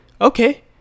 okay